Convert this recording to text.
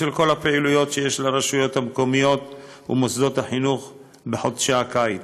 וגם של כל הפעילויות שיש לרשות המקומית ומוסדות החינוך בחודשי הקיץ".